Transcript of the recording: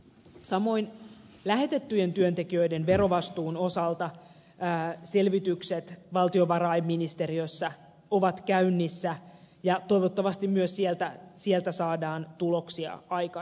samoin lähetettyjen työntekijöiden verovastuun osalta selvitykset valtiovarainministeriössä ovat käynnissä ja toivottavasti myös sieltä saadaan tuloksia aikaiseksi